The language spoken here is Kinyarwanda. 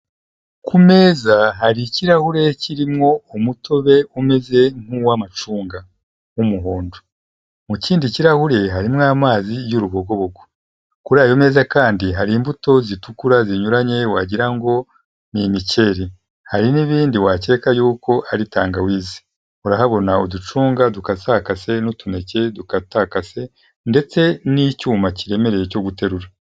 Ku meza hari ikirahure kirimo umutobe umeze nk'uw'amacunga w'umuhondo, mu kindi kirahure harimo amazi y'urubogobogo, kuri ayo meza kandi hari imbuto zitukura zinyuranye wagira ngo ni imikeri. Hari n'ibindi wakeka yuko ari tangawizi, urahabona uducunga dukasakase n'utuneke dukatakase ndetse n'icyuma kiremereye cyo guterura.